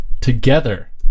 together